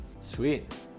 Sweet